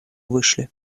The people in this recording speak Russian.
вышли